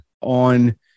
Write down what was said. on